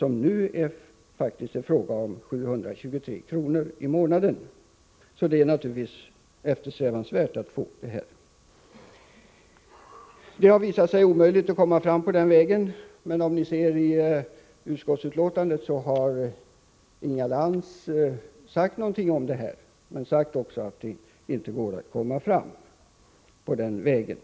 Detta uppgår i dag till 723 kr./mån., och det är naturligtvis eftersträvansvärt. Det visade sig omöjligt att komma fram på den vägen. Såsom framgår av utskottsbetänkandet har Inga Lantz anfört vissa synpunkter — bl.a. att det inte går att komma fram på den föreslagna vägen.